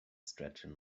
stretching